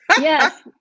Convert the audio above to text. Yes